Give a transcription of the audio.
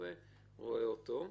מוסווה רואה אותו.